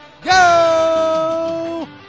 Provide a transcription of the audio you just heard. go